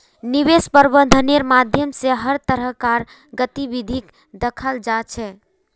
निवेश प्रबन्धनेर माध्यम स हर तरह कार गतिविधिक दखाल जा छ